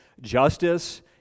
justice